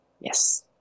Yes